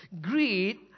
Greed